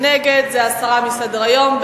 נגד זה הסרה מסדר-היום.